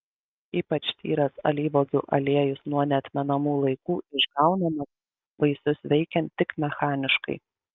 ypač tyras alyvuogių aliejus nuo neatmenamų laikų išgaunamas vaisius veikiant tik mechaniškai